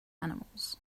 animals